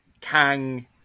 Kang